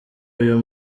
uyu